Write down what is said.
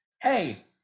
Hey